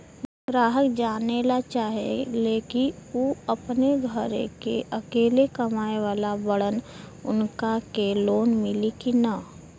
ग्राहक जानेला चाहे ले की ऊ अपने घरे के अकेले कमाये वाला बड़न उनका के लोन मिली कि न?